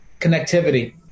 connectivity